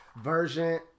version